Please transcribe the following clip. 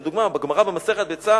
לדוגמה, בגמרא במסכת ביצה